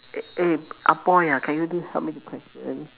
eh ah boy ah can you do help me the question